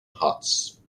huts